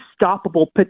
unstoppable